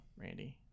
Randy